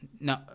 No